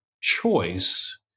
choice